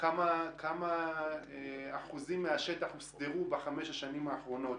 כמה אחוזים מהשטח הוסדרו בחמש השנים האחרונות?